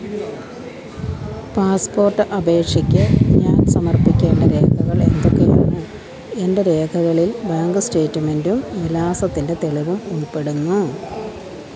passport അപേക്ഷയ്ക്ക് ഞാൻ സമർപ്പിക്കേണ്ട രേഖകൾ എന്തൊക്കെയാണ് എന്റെ രേഖകളിൽ ബാങ്ക് സ്റ്റേറ്റ്മെൻറ്റും വിലാസത്തിന്റെ തെളിവും ഉൾപ്പെടുന്നു